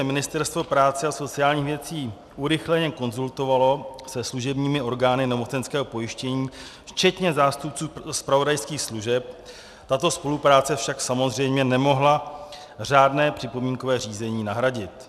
Ministerstvo práce a sociálních věcí urychleně konzultovalo se služebními orgány nemocenského pojištění včetně zástupců zpravodajských služeb, tato spolupráce však samozřejmě nemohla řádné připomínkové řízení nahradit.